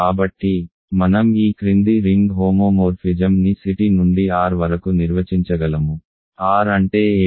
కాబట్టి మనం ఈ క్రింది రింగ్ హోమోమోర్ఫిజమ్ని C t నుండి R వరకు నిర్వచించగలము R అంటే ఏమిటి